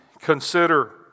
consider